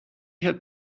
had